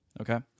Okay